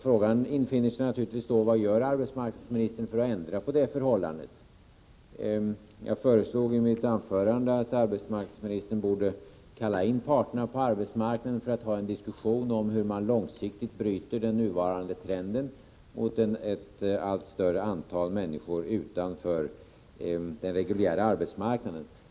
Frågan infinner sig naturligtvis då: Vad gör arbetsmarknadsministern för att ändra på det förhållandet? Jag föreslog i mitt anförande att arbetsmarknadsministern borde kalla in parterna på arbetsmarknaden för att ha en diskussion om hur man långsiktigt bryter den nuvarande trenden mot ett allt större antal människor utanför den reguljära arbetsmarknaden.